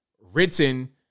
written